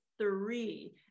three